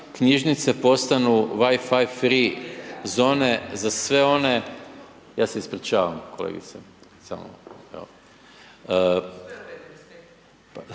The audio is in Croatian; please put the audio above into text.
knjižnice postanu Wi-fi free zone za sve one, ja se ispričavam kolegice, samo